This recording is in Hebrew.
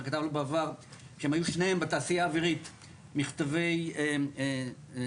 כתב בעבר שהם היו שניהם בתעשייה באווירית מכתבי המלצה.